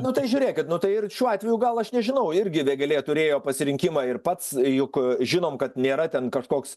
nu tai žiūrėkit nu tai ir šiuo atveju gal aš nežinau irgi vėgėlė turėjo pasirinkimą ir pats juk žinom kad nėra ten kažkoks